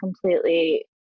completely